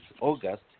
August